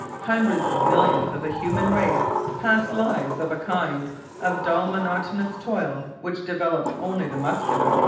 hundreds of millions of the human race pass lives of a kind of dull monotonous toil which develops only the muscular,